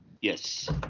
Yes